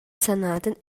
санаатын